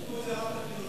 דחו את זה רק לחילונים,